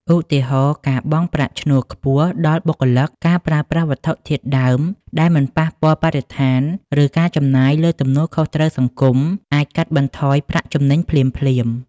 ឧទាហរណ៍ ការបង់ប្រាក់ឈ្នួលខ្ពស់ដល់បុគ្គលិក ការប្រើប្រាស់វត្ថុធាតុដើមដែលមិនប៉ះពាល់បរិស្ថាន ឬការចំណាយលើទំនួលខុសត្រូវសង្គម អាចកាត់បន្ថយប្រាក់ចំណេញភ្លាមៗ។